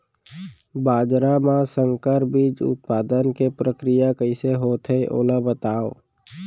बाजरा मा संकर बीज उत्पादन के प्रक्रिया कइसे होथे ओला बताव?